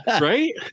right